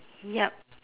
yup